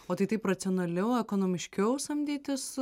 o tai taip racionaliau ekonomiškiau samdytis